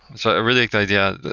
so i really idea.